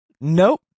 nope